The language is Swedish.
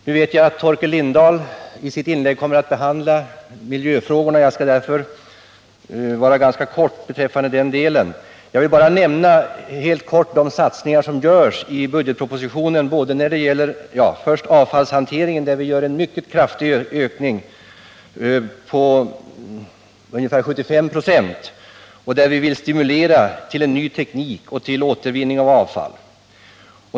Nu vet jag att Torkel Lindahl i sitt inlägg kommer att behandla miljöfrågorna, och jag skall därför vara ganska kortfattad beträffande den delen. Jag vill bara helt kortfattat erinra om de satsningar som föreslås i budgetpropositionen. Låt mig då först nämna avfallshanteringen, för vilken vi föreslagit en mycket kraftig ökning på ungefär 75 96 och där vi vill stimulera till en ny teknik och till återvinning av avfall.